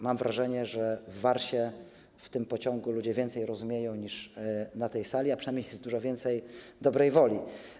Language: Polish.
Mam wrażenie, że w Warsie, w tym pociągu, ludzie więcej rozumieją niż na tej sali, a przynajmniej jest tam dużo więcej dobrej woli.